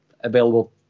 available